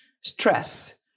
stress